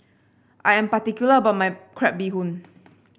I am particular about my Crab Bee Hoon